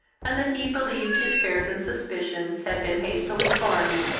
and that he believed his fears and suspicions had been hastily formed,